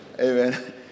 Amen